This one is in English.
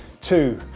two